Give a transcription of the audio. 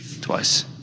Twice